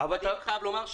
ואני חייב לומר,